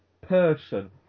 person